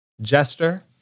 jester